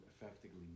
effectively